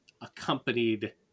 accompanied